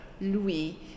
Louis